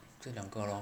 这两个咯